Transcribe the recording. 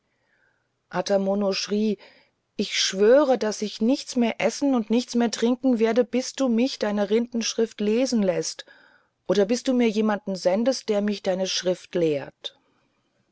ata mono schrie ich schwöre daß ich nichts mehr essen und nichts mehr trinken werde bis du mich deine rindenschrift lesen läßt oder bis du mir jemanden sendest der mich deine schrift lehrt